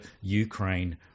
Ukraine